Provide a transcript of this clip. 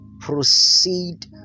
Proceed